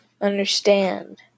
understand